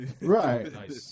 Right